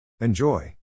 Enjoy